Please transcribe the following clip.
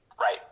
Right